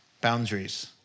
boundaries